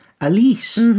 Alice